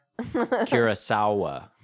Kurosawa